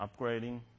upgrading